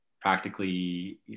practically